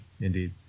indeed